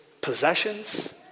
possessions